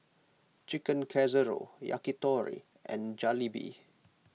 Chicken Casserole Yakitori and Jalebi